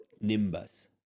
Nimbus